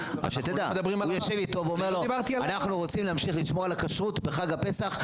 הוא יושב איתו ואומר לו: אנחנו רוצים לשמור על הכשרות בחג הפסח,